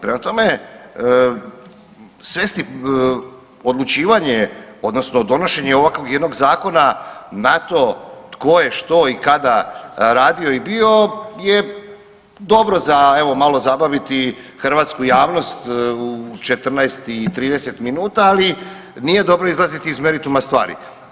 Prema tome, svesti odlučivanje odnosno donošenje ovakvog jednog zakona na to što je tko i kada radio i bio je dobro za evo malo zabaviti hrvatsku javnost u 14,30, ali nije dobro izlaziti iz merituma stvari.